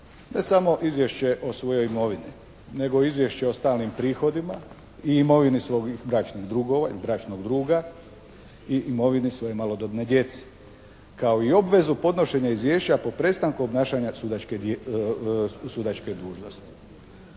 ne samo izvješće o svojoj imovini nego izvješće o stalnim prihodima i imovini svog bračnih drugova, bračnog druga i imovini svoje malodobne djece. Kao i obvezu podnošenja izvješća po prestanku obnašanja sudačke dužnosti.